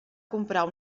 comprar